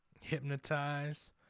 Hypnotize